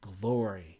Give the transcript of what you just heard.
glory